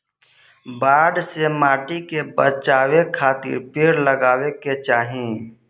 बाढ़ से माटी के बचावे खातिर पेड़ लगावे के चाही